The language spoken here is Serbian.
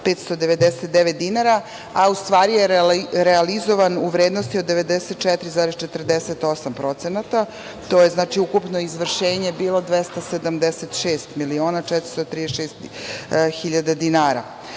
599 dinara, a u stvari je realizovan u vrednosti od 94,48%. To je, znači, ukupno izvršenje bilo 276 miliona 436 hiljada dinara. Kada